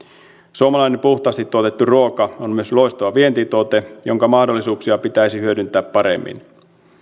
suomalainen puhtaasti tuotettu ruoka on myös loistava vientituote jonka mahdollisuuksia pitäisi hyödyntää paremmin